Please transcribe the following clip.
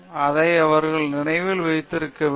அதை அவர்கள் நினைவில் வைத்திருக்க வேண்டும்